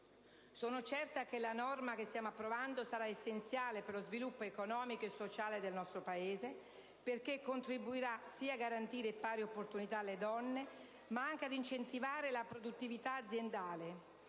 Sono certa che la norma che stiamo approvando sarà essenziale per lo sviluppo economico e sociale del nostro Paese perché contribuirà a garantire pari opportunità alle donne, ma anche ad incentivare la produttività aziendale.